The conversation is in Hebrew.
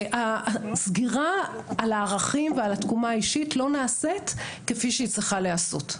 הסגירה על הערכים ועל התקומה האישית לא נעשית כפי שהיא צריכה להיעשות.